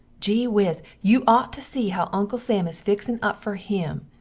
gee whiz, you ot to see how uncle sam is fixin up fer him!